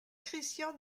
christian